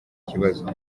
ikibazo